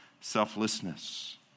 selflessness